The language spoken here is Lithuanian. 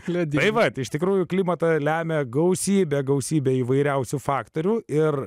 ledynai tai vat iš tikrųjų klimatą lemia gausybė gausybė įvairiausių faktorių ir